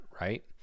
right